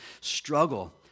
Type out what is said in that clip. struggle